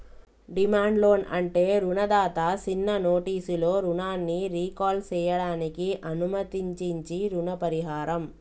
demand loan అంటే రుణదాత సిన్న నోటీసులో రుణాన్ని రీకాల్ సేయడానికి అనుమతించించీ రుణ పరిహారం